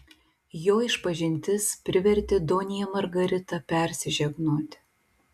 jo išpažintis privertė donją margaritą persižegnoti